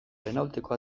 renaulteko